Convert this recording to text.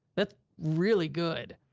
that's really good.